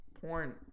porn